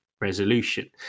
resolution